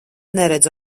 neredzu